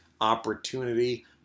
opportunity